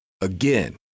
Again